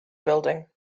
building